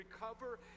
recover